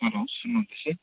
हलो सुन्नुहुँदैछ